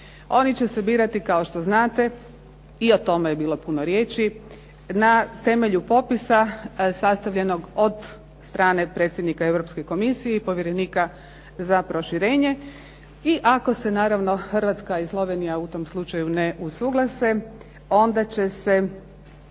Oni će se birati kao što znate, i o tome je bilo puno riješi, temelju popisa sastavljenog od strane predsjednika Europske komisije i povjerenika za proširenje, i ako se naravno Hrvatska i Slovenija u tom slučaju ne usuglase onda će se